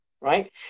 right